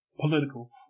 political